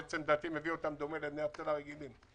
לדעתי, זה מביא אותם לדמי אבטלה רגילים.